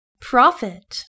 Profit